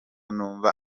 numva